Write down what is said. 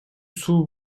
суу